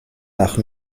nach